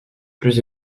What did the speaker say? plus